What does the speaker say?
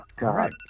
right